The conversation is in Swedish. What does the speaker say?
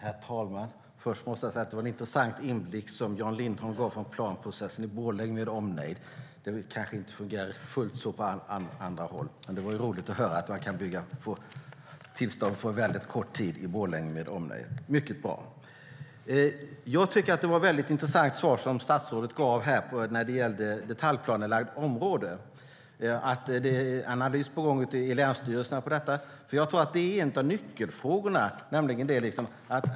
Herr talman! Först måste jag säga att det var en intressant inblick som Jan Lindholm gav från planprocessen i Borlänge med omnejd. Det kanske inte fullt ut fungerar så på andra håll, men det var roligt att höra att man kan få tillstånd på mycket kort tid i Borlänge med omnejd - mycket bra! Jag tycker att det var ett intressant svar som statsrådet gav när det gällde detaljplanelagt område. Det är analys på gång i länsstyrelserna av detta. Jag tror att det är en av nyckelfrågorna.